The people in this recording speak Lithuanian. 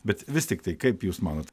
bet vis tiktai kaip jūs manot